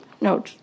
no